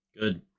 Good